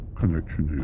connection